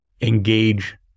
engage